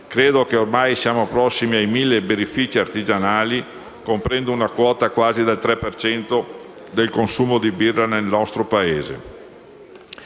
Credo che ormai siamo prossimi ai mille birrifici artigianali, coprendo una quota pari quasi al 3 per cento del consumo di birra nel nostro Paese,